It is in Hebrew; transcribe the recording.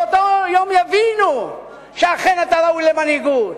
באותו יום יבינו שאכן אתה ראוי למנהיגות.